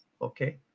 Okay